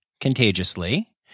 contagiously